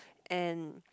and